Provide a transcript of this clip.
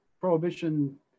Prohibition